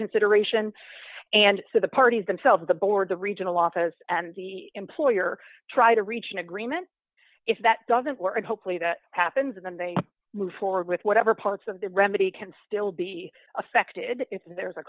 consideration and so the parties themselves the board the regional office and the employer try to reach an agreement if that doesn't work and hopefully that happens and then they move forward with whatever parts of the remedy can still be affected if there is a